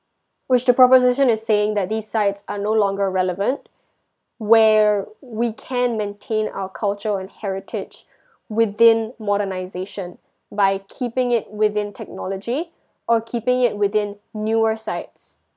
which the proposition is saying that these sites are no longer relevant where we can maintain our culture and heritage within modernization by keeping it within technology or keeping it within newer sites